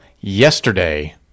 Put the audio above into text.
yesterday